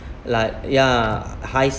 like ya high